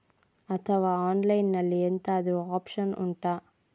ಅಥವಾ ಆನ್ಲೈನ್ ಅಲ್ಲಿ ಎಂತಾದ್ರೂ ಒಪ್ಶನ್ ಉಂಟಾ